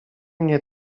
mnie